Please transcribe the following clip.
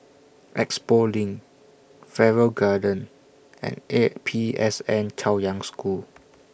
Expo LINK Farrer Garden and A P S N Chaoyang School